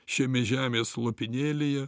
šiame žemės lopinėlyje